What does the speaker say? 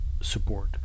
support